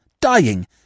dying